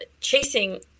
chasing